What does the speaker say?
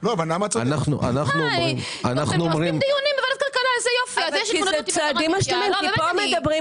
אבל אם אתם משאירים 25% זה מספיק שפיל בשביל אחר כך לשחק את